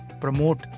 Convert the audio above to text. promote